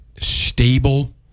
stable